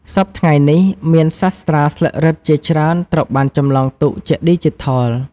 សព្វថ្ងៃនេះ មានសាស្ត្រាស្លឹករឹតជាច្រើនត្រូវបានចម្លងទុកជាឌីជីថល។